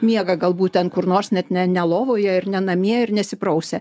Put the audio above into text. miega galbūt ten kur nors net ne ne lovoje ir ne namie ir nesiprausia